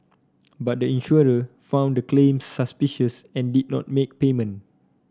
but the insurer found the claims suspicious and did not make payment